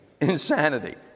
Insanity